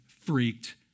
freaked